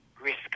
risk